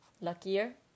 Luckier